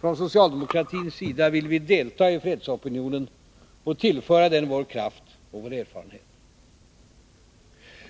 Från socialdemokratisk sida vill vi delta i fredsopinionen och tillföra den vår kraft och vår erfarenhet.